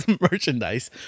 merchandise